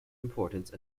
importance